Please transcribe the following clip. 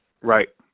Right